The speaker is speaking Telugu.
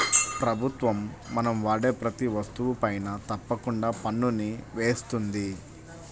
ప్రభుత్వం మనం వాడే ప్రతీ వస్తువుపైనా తప్పకుండా పన్నుని వేస్తుంది